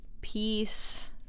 peace